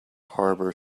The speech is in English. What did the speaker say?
harbour